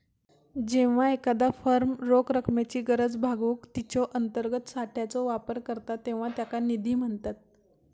जेव्हा एखादा फर्म रोख रकमेची गरज भागवूक तिच्यो अंतर्गत साठ्याचो वापर करता तेव्हा त्याका निधी म्हणतत